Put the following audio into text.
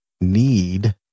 need